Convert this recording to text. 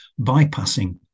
bypassing